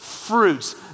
fruits